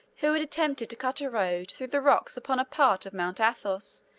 who had attempted to cut a road through the rocks upon a part of mount athos,